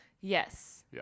Yes